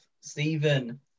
Stephen